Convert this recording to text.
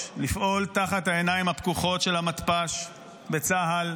לפעול תחת העיניים הפקוחות של המתפ"ש בצה"ל,